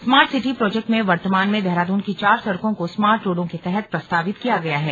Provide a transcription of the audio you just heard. smart city project में वर्तमान में देहरादून की चार सड़कों को स्मार्ट रोडों के तहत प्रस्तातिव किया गया है